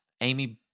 Amy